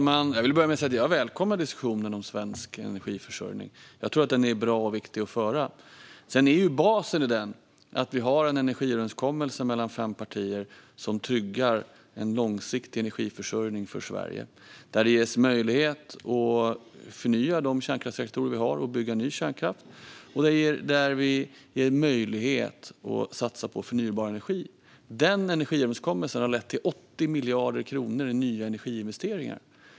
Fru talman! Jag välkomnar diskussionen om svensk energiförsörjning. Jag tror att den är bra och viktig att föra. Basen är att vi fem partier emellan har en energiöverenskommelse som tryggar en långsiktig energiförsörjning för Sverige. Där ges det möjlighet att förnya de kärnkraftsreaktorer vi har och bygga ny kärnkraft. Där ger vi också en möjlighet att satsa på förnybar energi. Den energiöverenskommelsen har lett till 80 miljarder kronor i nya energiinvesteringar.